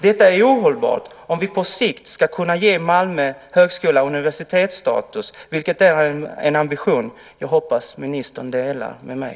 Detta är ohållbart om vi på sikt ska kunna ge Malmö högskola universitetsstatus, vilket är en ambition jag hoppas ministern delar med mig.